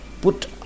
Put